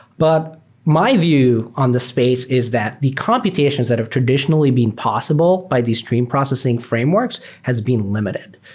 but my view on this space is that the computations that have traditionally been possible by these stream processing frameworks has been limited.